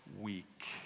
week